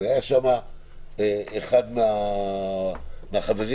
היה שם אחד מהחברים